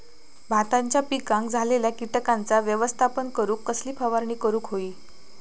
भाताच्या पिकांक झालेल्या किटकांचा व्यवस्थापन करूक कसली फवारणी करूक होई?